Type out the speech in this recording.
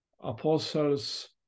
apostles